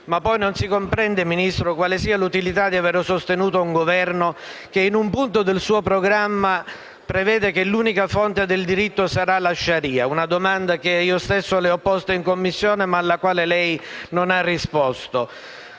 scafisti. Non si comprende, poi, Ministro, quale sia l'utilità di aver sostenuto un Governo che, in un punto del suo programma, prevede che l'unica fonte del diritto sarà la *sharia* - una domanda che io stesso le ho posto in Commissione, ma alla quale lei non ha risposto